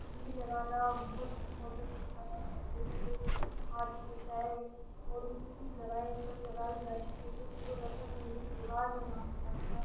مہندی لگانا بہت امپورٹنٹ ہوتا ہے لڑکی کے ہاتھ میں چاہے تھوڑی سی ہی لگائیں پر لگائی جاتی ہے کیوں کہ وہ رسم ہے ایک رواز ہے وہاں لگانا